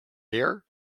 hear